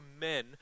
men